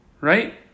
right